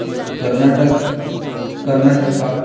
Karnataka Karnataka